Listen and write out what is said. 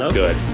good